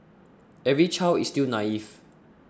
every child is still naive